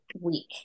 week